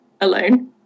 alone